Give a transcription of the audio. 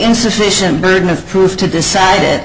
insufficient burden of proof to decide it